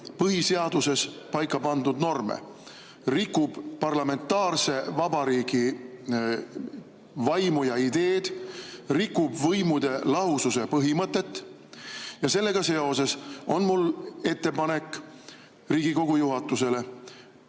põhiseaduses paika pandud norme, rikub parlamentaarse vabariigi vaimu ja ideed, rikub võimude lahususe põhimõtet. Sellega seoses on mul ettepanek Riigikogu juhatusele